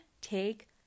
take